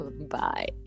Bye